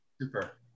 Super